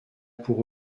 pour